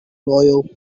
loyal